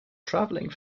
traveling